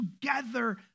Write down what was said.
together